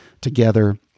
together